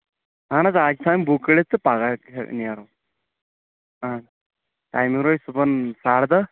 اَہن حظ آ أسۍ تھاویَن بُک کٔرِتھ تہٕ پَگاہ نیرو آ ٹایمنٛگ روزِ صُبحن ساڑٕ دَہ